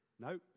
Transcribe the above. No